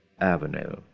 Avenue